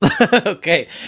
Okay